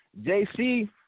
JC